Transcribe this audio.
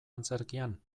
antzerkian